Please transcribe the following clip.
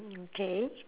okay